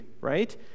right